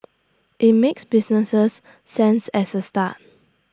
IT makes business sense as A start